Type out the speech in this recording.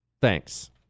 Thanks